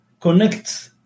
connects